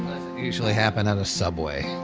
usually happen at a subway.